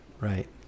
right